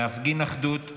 להפגין אחדות,